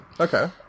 okay